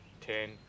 ten